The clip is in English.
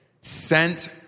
sent